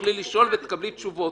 תוכלי לשאול אותן ותקבלי ממנה תשובות,